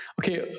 Okay